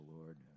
Lord